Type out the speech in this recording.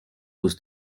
was